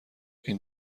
این